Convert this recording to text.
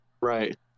Right